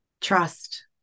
trust